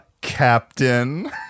captain